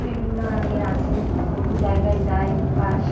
বিভিন্ন রঙের আছে বহু জায়গায় যায় বাস